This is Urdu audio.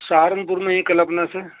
سہارنپور میں یہی کلپنا سے